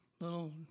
little